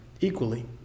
equally